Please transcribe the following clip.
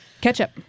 Ketchup